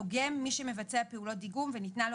"דוגם" מי שמבצע פעולות דיגום וניתנה לו